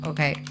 Okay